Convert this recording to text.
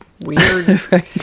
weird